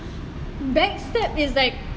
back stab is like not